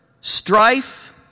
strife